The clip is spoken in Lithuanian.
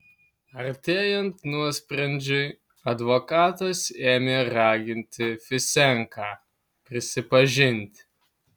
artėjant nuosprendžiui advokatas ėmė raginti fisenką prisipažinti